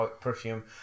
perfume